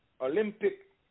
Olympic